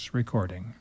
recording